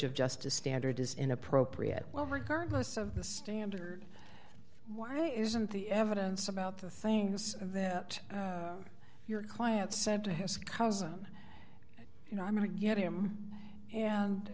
of justice standard is inappropriate well regardless of the standard why isn't the evidence about the things that your client said to his cousin you know i'm going to get him and